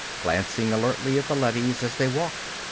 glancing alertly at the leadys as they walked.